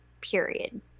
period